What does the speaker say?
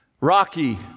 Rocky